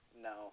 no